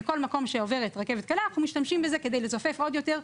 בכל מקום שעוברת רכבת קלה אנחנו משתמשים בזה כדי לצופף עוד יותר,